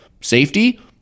safety